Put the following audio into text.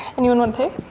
anyone wanna pay?